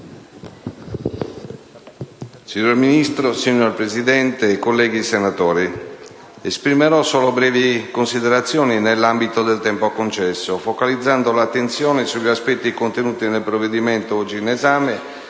Signor Ministro, signor Presidente, colleghi senatori, esprimerò solo brevi considerazioni nell'ambito del tempo concesso, focalizzando l'attenzione sugli aspetti contenuti nel provvedimento oggi in esame